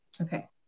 Okay